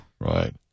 Right